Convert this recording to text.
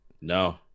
No